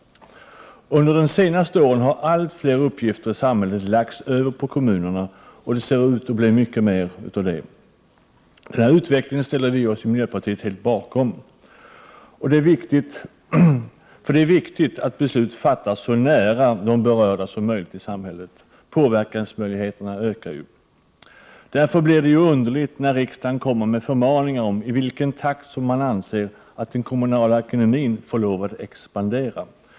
Under de senaste åren har allt fler uppgifter i samhället lagts över på kommunerna, och det ser ut att bli mycket mer av det slaget. Vii miljöpartiet ställer oss bakom denna utveckling. Det är viktigt att beslut fattas så nära de berörda som möjligt. Påverkansmöjligheterna ökar ju på det sättet. Därför blir det underligt när riksdagen kommer med förmaningar om i vilken takt som man anser att den kommunala ekonomin får lov att expandera.